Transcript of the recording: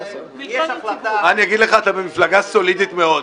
מה אני אגיד לך, אתה במפלגה סולידית מאוד.